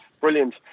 brilliant